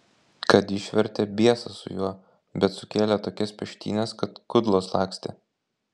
kad išvertė biesas su juo bet sukėlė tokias peštynes kad kudlos lakstė